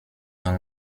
dans